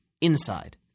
Inside